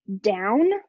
down